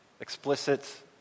Explicit